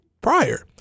prior